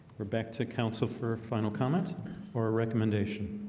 we're back to council for a final comment or a recommendation